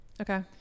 Okay